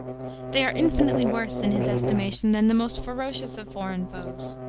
they are infinitely worse, in his estimation, than the most ferocious of foreign foes.